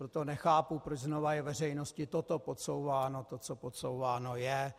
Proto nechápu, proč znovu je veřejnosti toto podsouváno, to, co podsouváno je.